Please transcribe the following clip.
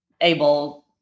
able